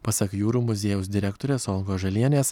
pasak jūrų muziejaus direktorės olgos žalienės